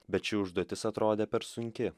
bet ši užduotis atrodė per sunki